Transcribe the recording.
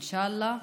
אינשאללה.